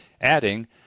adding